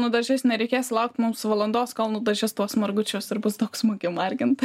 nudažys nereikės laukt mums valandos kol nudažys tuos margučius ir bus daug smagiau margint